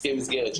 הסכם מסגרת,